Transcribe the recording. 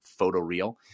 photoreal